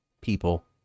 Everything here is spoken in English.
people